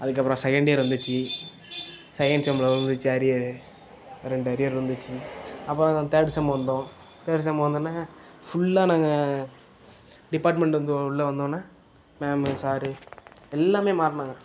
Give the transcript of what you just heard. அதுக்கப்புறம் second year வந்துச்சு second செம்மில் விழுந்துச்சு அரியரு ரெண்டு அரியர் வந்துச்சு அப்புறம் தேர்ட் செம் வந்தோம் தேர்ட் செம் வந்தோடனே ஃபுல்லாக நாங்கள் டிப்பார்ட்மெண்ட்லேருந்து உள்ளே வந்தோடனே மேமு சாரு எல்லாமே மாறினாங்க